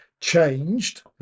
changed